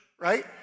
right